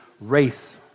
race